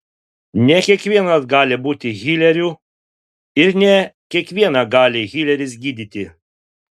ne kiekvienas gali būti hileriu ir ne kiekvieną gali hileris gydyti